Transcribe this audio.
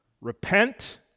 repent